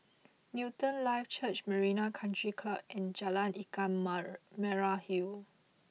Newton Life Church Marina Country Club and Jalan Ikan Merah Hill